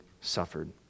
suffered